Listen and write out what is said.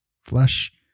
flesh